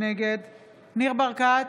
נגד ניר ברקת,